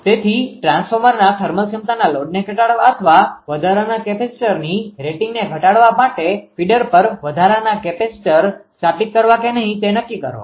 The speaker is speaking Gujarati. તેથી ટ્રાન્સફોર્મરના થર્મલ ક્ષમતાના લોડને ઘટાડવા અથવા વધારાના કેપેસિટરની રેટિંગને ઘટાડવા માટે ફીડર પર વધારાના કેપેસિટર સ્થાપિત કરવા કે નહીં તે નક્કી કરો